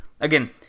again